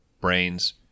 brains